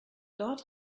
dort